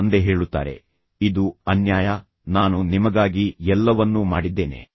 ಈಗ ತಂದೆ ಹೇಳುತ್ತಾರೆ ಇದು ಅನ್ಯಾಯ ನಾನು ನಿಮಗಾಗಿ ಎಲ್ಲವನ್ನೂ ಮಾಡಿದ್ದೇನೆ